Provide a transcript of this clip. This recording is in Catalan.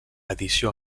edició